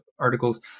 articles